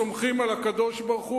סומכים על הקדוש-ברוך-הוא,